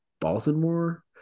Baltimore